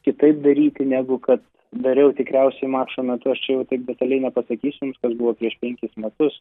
kitaip daryti negu kad dariau tikriausiai maršo metu aš čia jau taip detaliai nepasakysiu jums kas buvo prieš penkis metus